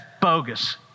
bogus